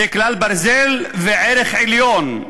זה כלל ברזל וערך עליון.